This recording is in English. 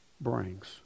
brings